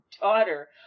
daughter